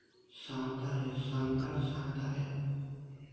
ᱥᱟᱶᱛᱟ ᱨᱮ ᱥᱟᱱᱛᱟᱲ ᱥᱟᱶᱛᱟ ᱨᱮ